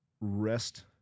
rest